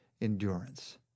endurance